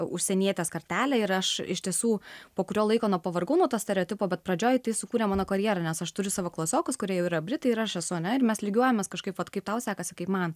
užsienietės kartelę ir aš iš tiesų po kurio laiko na pavargau nuo to stereotipo bet pradžioj tai sukūrė mano karjera nes aš turiu savo klasiokus kurie jau yra britai ir aš esu mes lygiuojames kažkaip vat kaip tau sekasi kaip man